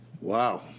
Wow